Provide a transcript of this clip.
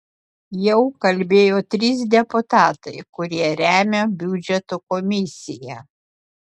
jau kalbėjo trys deputatai kurie remia biudžeto komisiją